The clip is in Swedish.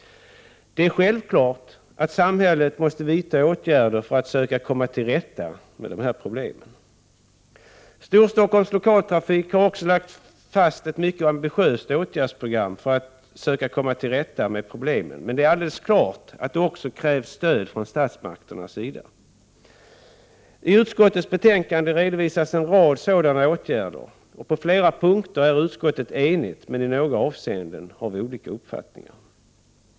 Det är självklart att samhället måste vidta åtgärder för att söka komma till rätta med dessa problem. Storstockholms Lokaltrafik har lagt fast ett mycket ambitiöst åtgärdsprogram för att söka komma till rätta med problemen, men det är alldeles klart att det också krävs stöd från statsmakternas sida. I utskottets betänkande redovisas en rad sådana åtgärder. På flera punkter är utskottet enigt, men i några avseenden har vi olika uppfattningar.